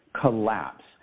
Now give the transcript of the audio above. collapse